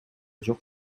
жок